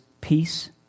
peace